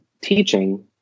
teaching